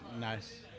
Nice